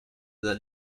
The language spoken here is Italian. dal